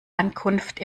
ankunft